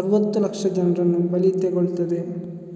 ಅರುವತ್ತು ಲಕ್ಷ ಜನರನ್ನ ಬಲಿ ತಗೊಳ್ತದೆ